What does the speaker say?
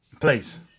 Please